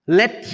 let